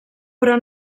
però